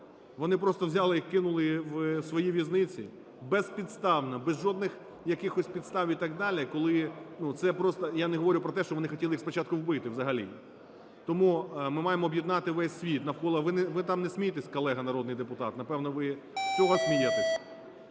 Вони просто взяли і кинули у свої в'язниці безпідставно, без жодних якихось підстав і так далі. Я не говорю про те, що вони хотіли їх спочатку вбити взагалі. Тому ми маємо об'єднати весь світ навколо… Ви там не смійтесь, колега народний депутат, напевно, ви з цього смієтесь?